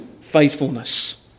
faithfulness